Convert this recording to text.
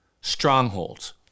strongholds